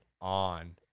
on